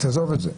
תעזוב את זה,